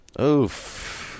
Oof